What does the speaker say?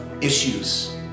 issues